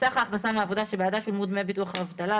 סך ההכנסה מעבודה שבעדה שולמו דמי ביטוח אבטלה,